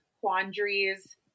quandaries